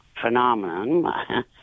phenomenon